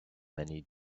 many